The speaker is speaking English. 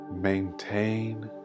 maintain